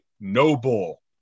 noble